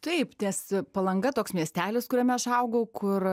taip ties palanga toks miestelis kuriame aš augau kur